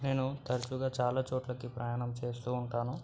నేను తరచుగా చాలా చోట్లకి ప్రయాణం చేస్తూ ఉంటాను